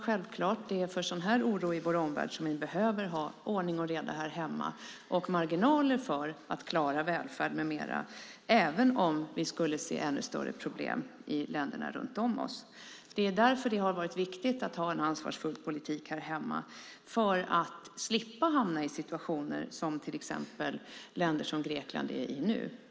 Det är för sådan här oro i vår omvärld som vi behöver ha ordning och reda här hemma och marginaler för att klara välfärd med mera även om vi skulle se ännu större problem i länderna runt om oss. Det är viktigt att ha en ansvarsfull politik här hemma för att slippa hamna i den situation som till exempel Grekland är i.